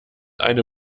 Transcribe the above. eine